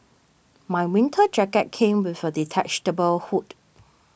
my winter jacket came with a hood